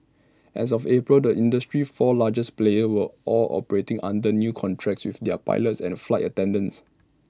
as of April the industry's four largest players were all operating under new contracts with their pilots and flight attendants